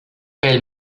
pel